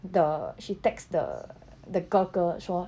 the she text the the 哥哥说